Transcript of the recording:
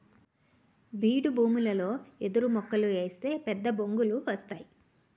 బీడుభూములలో ఎదురుమొక్కలు ఏస్తే పెద్దబొంగులు వస్తేయ్